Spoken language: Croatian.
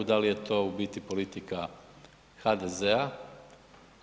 Da li je to u biti politika HDZ-a?